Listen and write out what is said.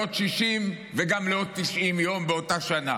לעוד 60 וגם לעוד 90 יום באותה שנה,